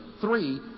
Three